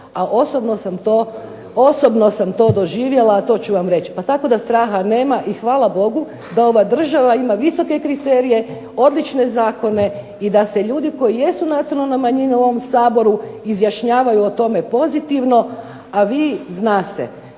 a osobno sam to doživjela pa to ću vam reći. Tako da straha nema i hvala Bogu da ova država ima visoke kriterije, odlične zakone i da se ljudi koji jesu nacionalna manjina u ovome Saboru izjašnjavaju o ovome pozitivno, a vi zna se.